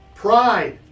Pride